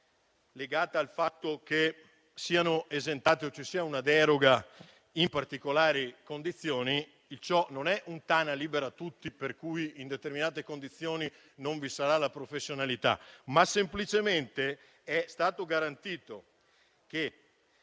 legata al fatto che siano esentate o ci sia una deroga in particolari condizioni, ciò non è fare tana libera tutti per cui, in determinate condizioni, non vi sarà la professionalità. Ma semplicemente ciò è stato garantito per